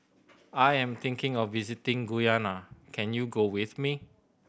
I am thinking of visiting Guyana can you go with me